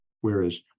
whereas